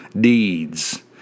deeds